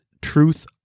truth